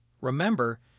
Remember